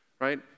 Right